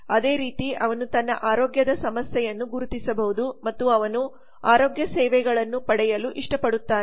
ಅದೇ ರೀತಿಅವನು ತನ್ನ ಆರೋಗ್ಯದ ಸಮಸ್ಯೆಯನ್ನು ಗುರುತಿಸಬಹುದು ಮತ್ತು ಅವನು ಆರೋಗ್ಯ ಸೇವೆಗಳನ್ನು ಪಡೆಯಲು ಇಷ್ಟಪಡುತ್ತಾನೆ